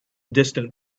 distant